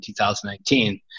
2019